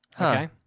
Okay